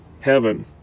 heaven